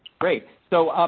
great. so,